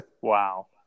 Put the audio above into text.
Wow